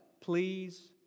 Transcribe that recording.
please